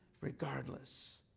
regardless